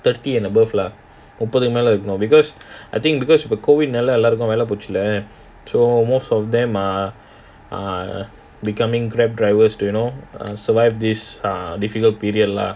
thirty and above lah முப்பதுக்கு மேல இருக்குமா:muppathukku mela irukkumaa because I think because of the COVID னால எல்லோருக்கும் வேல போச்சுல:naal ellorukkum vela pochulaa so most of them uh are becoming Grab drivers do you know err survive this uh difficult period lah